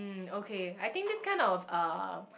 mm okay I think this kind of uh